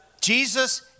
Jesus